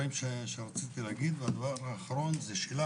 אחרון שרציתי לומר זו שאלה